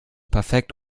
perfekt